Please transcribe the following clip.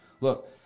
Look